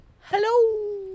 Hello